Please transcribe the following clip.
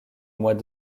mois